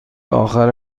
آخر